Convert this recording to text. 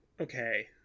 Okay